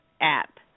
app